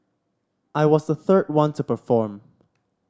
I was the third one to perform